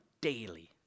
daily